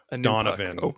Donovan